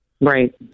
Right